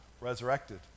resurrected